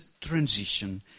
transition